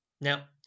Now